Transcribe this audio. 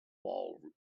wall